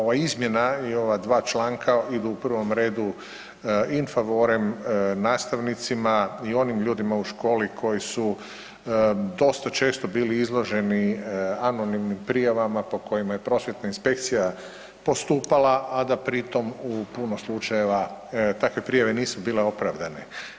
Ovaj, ova izmjena i ova dva članka idu u prvom redu in favorem nastavnicima i onim ljudima u školi koji su dosta često bili izloženi anonimnim prijavama po kojima je prosvjetna inspekcija postupala, a da pri tom u puno slučajeva, takve prijave nisu bile opravdane.